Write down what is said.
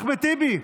אחמד טיבי,